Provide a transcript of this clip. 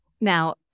Now